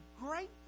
great